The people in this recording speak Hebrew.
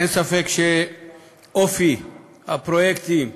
אין ספק שאופי הפרויקטים,